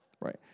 Right